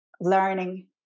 learning